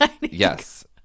yes